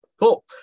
cool